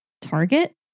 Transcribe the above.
Target